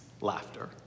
laughter